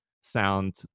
sound